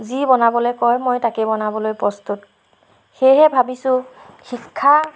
যি বনাবলৈ কয় মই তাকে বনাবলৈ প্ৰস্তুত সেয়েহে ভাবিছোঁ শিক্ষা